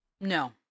No